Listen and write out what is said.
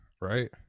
right